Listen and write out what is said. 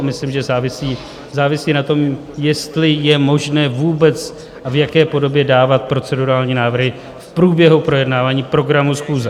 Myslím, že závisí na tom, jestli je možné vůbec a v jaké podobě dávat procedurální návrhy v průběhu projednávání programu schůze.